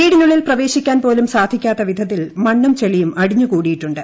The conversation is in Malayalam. വീടിനുളളിൽ പ്രവേശിക്കാൻ പോലും സാധിക്കാത്ത വിധത്തിൽ മണ്ണും ചെളിയും അടിഞ്ഞുകൂടിയിട്ടുണ്ട്